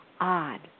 odd